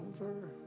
over